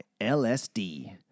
LSD